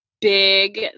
big